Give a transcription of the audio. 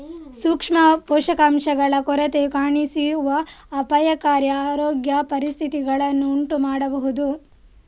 ಸೂಕ್ಷ್ಮ ಪೋಷಕಾಂಶಗಳ ಕೊರತೆಯು ಕಾಣಿಸುವ ಅಪಾಯಕಾರಿ ಆರೋಗ್ಯ ಪರಿಸ್ಥಿತಿಗಳನ್ನು ಉಂಟು ಮಾಡಬಹುದು